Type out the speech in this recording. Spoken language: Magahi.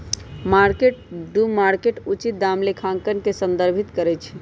मार्क टू मार्केट उचित दाम लेखांकन के संदर्भित करइ छै